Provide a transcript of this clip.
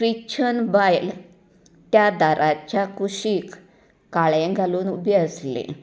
Christian बायल त्या दाराच्या कुशीक काळें घालून उबीं आसली